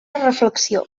reflexió